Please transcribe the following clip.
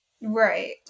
Right